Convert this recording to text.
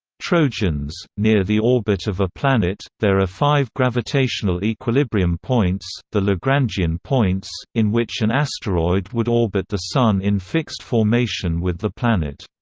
trojans near the orbit of a planet, there are five gravitational equilibrium points, the lagrangian points, in which an asteroid would orbit the sun in fixed formation with the planet.